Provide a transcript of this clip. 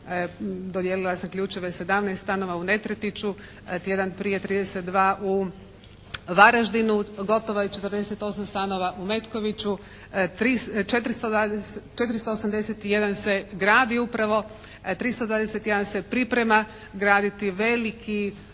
dodijelila sam ključeve 17 stanova u Netretiću, tjedan prije 32 u Varaždinu. Gotovo je 48 stanova u Metkoviću, 481 se gradi upravo. 321 se priprema graditi. Veliki objekti